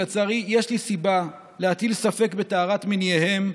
שלצערי יש לי סיבה להטיל ספק בטהרת מניעיהם,